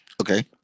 okay